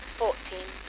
fourteen